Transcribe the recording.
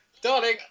darling